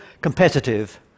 competitive